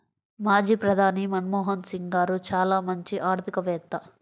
మాజీ ప్రధాని మన్మోహన్ సింగ్ గారు చాలా మంచి ఆర్థికవేత్త